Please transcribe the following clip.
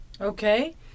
Okay